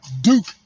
Duke